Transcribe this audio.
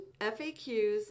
FAQs